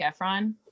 efron